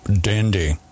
dandy